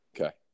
Okay